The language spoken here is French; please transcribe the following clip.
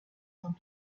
saint